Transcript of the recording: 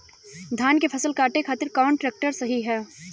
धान के फसल काटे खातिर कौन ट्रैक्टर सही ह?